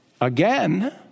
again